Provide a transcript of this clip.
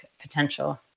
potential